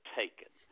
taken